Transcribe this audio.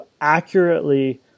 accurately